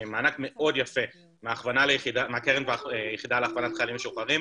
יש מענק מאוד יפה מהיחידה להכוונת חיילים משוחררים,